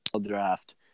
Draft